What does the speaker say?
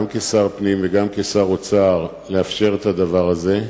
גם כשר פנים וגם כשר אוצר, לאפשר את הדבר הזה.